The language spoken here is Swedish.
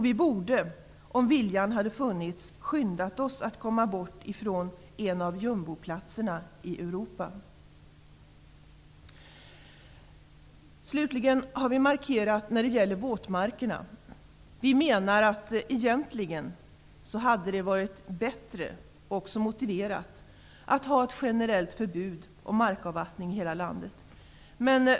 Vi borde, om viljan hade funnits, ha skyndat oss att komma bort från en av jumboplatserna i Europa. Slutligen har vi socialdemokrater gjort en markering i fråga om våtmarkerna. Vi menar att det egentligen hade varit bättre och motiverat att ha ett generellt förbud mot markavvattning i hela landet.